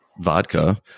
vodka